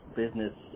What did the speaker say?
business